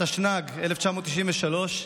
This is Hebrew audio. התשנ"ג 1993,